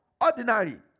ordinary